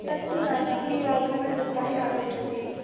तत्तु नास्ति अग्रिमसप्ताहे आगच्छति